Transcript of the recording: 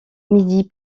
midi